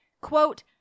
Quote